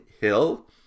hill